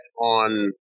on